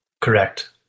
Correct